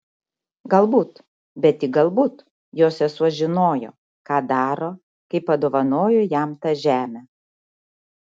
galbūt bet tik galbūt jo sesuo žinojo ką daro kai padovanojo jam tą žemę